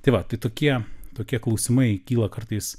tai va tai tokie tokie klausimai kyla kartais